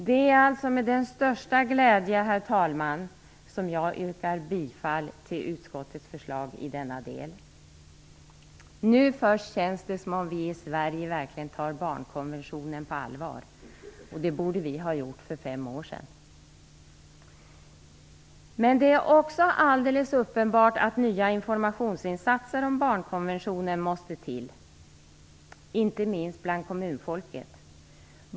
Det är alltså med största glädje, herr talman, som jag yrkar bifall till utskottets förslag i denna del. Nu först känns det som om vi i Sverige verkligen tar barnkonventionen på allvar. Det borde vi har gjort för fem år sedan. Men det är också alldeles uppenbart att nya informationsinsatser om barnkonventionen måste till, inte minst bland kommunfolket.